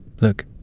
Look